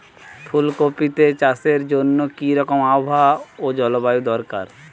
ফুল কপিতে চাষের জন্য কি রকম আবহাওয়া ও জলবায়ু দরকার?